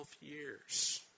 years